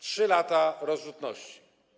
3 lata rozrzutności.